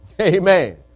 Amen